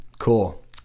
cool